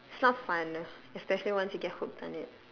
it's not fun especially once you get hooked on it